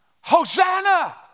Hosanna